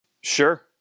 sure